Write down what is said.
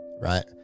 right